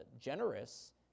generous